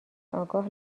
آگاه